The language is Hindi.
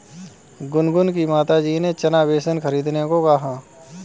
गुनगुन की माताजी ने चना बेसन खरीदने को कहा